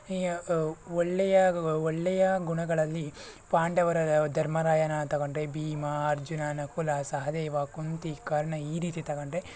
ಒಳ್ಳೆಯ ಒಳ್ಳೆಯ ಗುಣಗಳಲ್ಲಿ ಪಾಂಡವರ ಧರ್ಮರಾಯನ ತಗೊಂಡ್ರೆ ಭೀಮ ಅರ್ಜುನ ನಕುಲ ಸಹದೇವ ಕುಂತಿ ಕರ್ಣ ಈ ರೀತಿ ತಗೊಂಡ್ರೆ